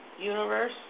Universe